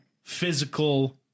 physical